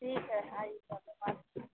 ठीक है आइएगा तो बात